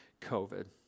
COVID